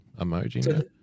emoji